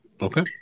Okay